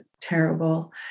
terrible